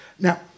Now